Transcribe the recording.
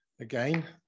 again